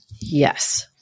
Yes